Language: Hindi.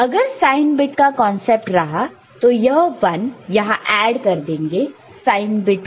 अगर साइन बिट का कांसेप्ट रहा तो यह 1 यहां ऐड कर देगा साइन बिट को